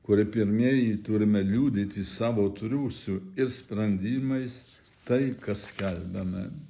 kurie pirmieji turime liudyti savo triūsu ir sprendimais tai ką skelbiame